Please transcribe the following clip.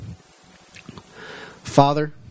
Father